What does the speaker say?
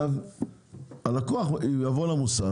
הלקוח יבוא למוסך,